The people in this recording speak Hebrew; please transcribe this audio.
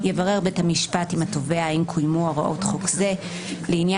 יברר בית המשפט עם התובע האם קוימו הוראות חוק זה לעניין